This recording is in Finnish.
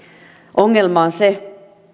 ongelma on se